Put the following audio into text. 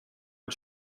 mit